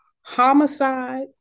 homicide